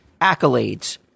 accolades